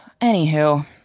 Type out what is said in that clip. Anywho